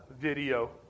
video